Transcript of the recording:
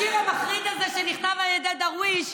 השיר המחריד הזה, שנכתב על ידי דרוויש,